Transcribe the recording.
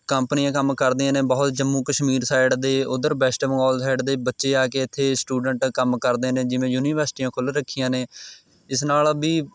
ਕੰਪਨੀਆਂ ਕੰਮ ਕਰਦੀਆਂ ਨੇ ਬਹੁਤ ਜੰਮੂ ਕਸ਼ਮੀਰ ਸਾਈਡ ਦੇ ਓਧਰ ਵੈਸਟ ਮਹੋਲ ਸਾਈਡ ਦੇ ਬੱਚੇ ਆ ਕੇ ਇੱਥੇ ਸਟੂਡੈਂਟ ਕੰਮ ਕਰਦੇ ਨੇ ਜਿਵੇਂ ਯੂਨੀਵਰਸਿਟੀਆਂ ਖੁੱਲ੍ਹ ਰੱਖੀਆਂ ਨੇ ਇਸ ਨਾਲ਼ ਵੀ